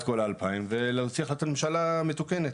כל ה-2,000 ולהוציא החלטת ממשלה מתוקנת.